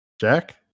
Jack